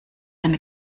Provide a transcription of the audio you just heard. eine